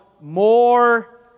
more